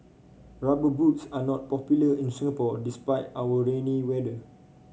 rubber boots are not popular in Singapore despite our rainy weather